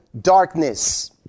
darkness